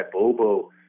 Bobo